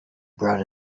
brought